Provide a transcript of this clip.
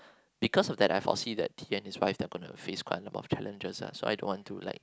because of that I foresee that Ian his wife they are gonna to face quite a number of challenges lah so I don't want to like